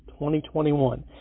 2021